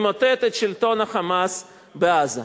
למוטט את שלטון ה"חמאס" בעזה.